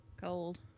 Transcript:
cold